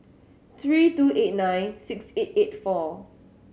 three two eight nine six eight four